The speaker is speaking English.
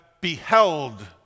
beheld